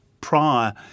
prior